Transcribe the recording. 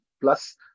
Plus